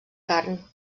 carn